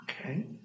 okay